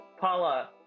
Paula